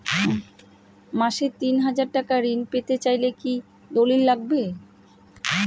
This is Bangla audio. মাসে তিন হাজার টাকা ঋণ পেতে চাইলে কি দলিল লাগবে?